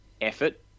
effort